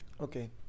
Okay